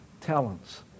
talents